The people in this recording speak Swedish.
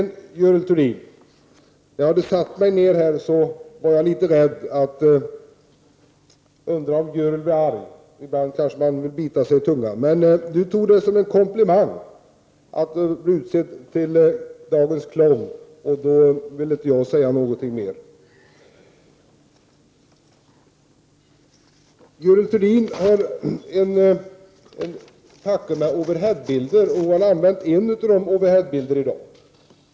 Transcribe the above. När jag satte mig ner tidigare var jag litet rädd och undrade om Görel Thurdin hade blivit arg. Ibland vill man bita sig i tungan. Men hon tog det som en komplimang att bli utsedd till dagens clown, och då skall jag inte säga mer om det. Görel Thurdin har en packe med overheadbilder och har visat en av dem i dag.